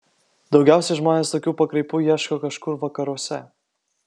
daugiausiai žmonės tokių pakraipų ieško kažkur vakaruose